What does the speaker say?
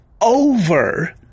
over